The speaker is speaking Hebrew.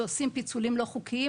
שעושים פיצולים לא חוקיים.